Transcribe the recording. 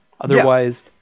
Otherwise